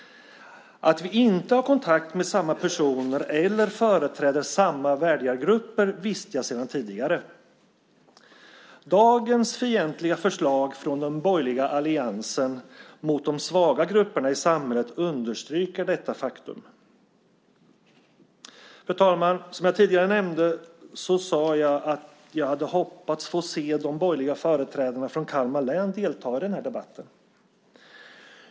Att vi inte har kontakt med samma personer eller företräder samma väljargrupper visste jag sedan tidigare. Dagens fientliga förslag från den borgerliga alliansen mot de svaga grupperna i samhället understryker detta faktum. Fru talman! Som jag tidigare nämnde hade jag hoppats på att få se de borgerliga företrädarna från Kalmar län delta i den här debatten.